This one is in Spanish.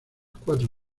cuatro